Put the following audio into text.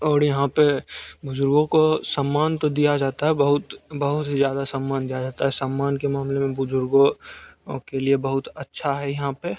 और यहाँ पे बुज़ुर्गों को सम्मान तो दिया जाता है बहुत बहुत ही ज़्यादा सम्मान दिया जाता है सम्मान के मामले में बुज़ुर्गो के लिए बहुत अच्छा है यहाँ पे